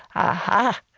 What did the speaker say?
aha.